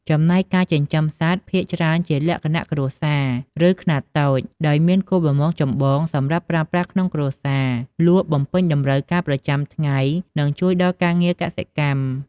ចំណែកការចិញ្ចឹមសត្វ ភាគច្រើនជាលក្ខណៈ គ្រួសារ ឬ ខ្នាតតូច ដោយមានគោលបំណងចម្បងសម្រាប់ប្រើប្រាស់ក្នុងគ្រួសារ លក់បំពេញតម្រូវការប្រចាំថ្ងៃ និងជួយដល់ការងារកសិកម្ម។